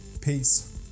Peace